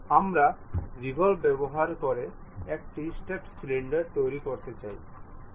আমরা রেভল্ভ ব্যবহার করে একটি স্টেপড সিলিন্ডার তৈরি করতে চাই